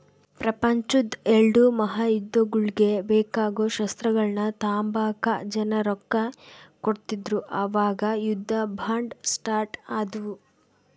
ಪ್ರಪಂಚುದ್ ಎಲ್ಡೂ ಮಹಾಯುದ್ದಗುಳ್ಗೆ ಬೇಕಾಗೋ ಶಸ್ತ್ರಗಳ್ನ ತಾಂಬಕ ಜನ ರೊಕ್ಕ ಕೊಡ್ತಿದ್ರು ಅವಾಗ ಯುದ್ಧ ಬಾಂಡ್ ಸ್ಟಾರ್ಟ್ ಆದ್ವು